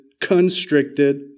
constricted